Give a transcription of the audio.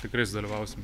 tikrai sudalyvausim